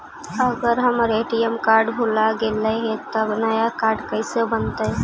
अगर हमर ATM card भुला गैलै हे तब नया काड कइसे बनतै?